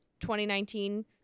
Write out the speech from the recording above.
2019